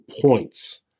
points